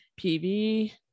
PV